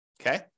Okay